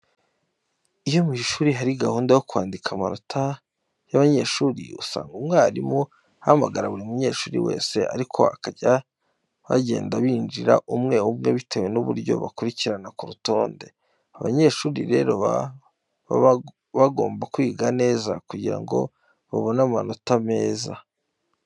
Iyo mu ishuri hari gahunda yo kwandika amanota y'abanyeshuri, usanga umwarimu ahamagara buri munyeshuri wese ariko bakajya bagenda binjira umwe umwe bitewe n'uburyo bakurikirana ku rutonde. Abanyeshuri rero baba bagomba kwiga neza kugira ngo babone amanota meza.